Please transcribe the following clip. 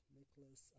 Nicholas